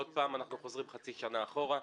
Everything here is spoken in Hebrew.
עוד פעם אנחנו חוזרים חצי שנה אחורה.